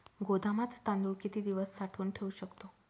गोदामात तांदूळ किती दिवस साठवून ठेवू शकतो?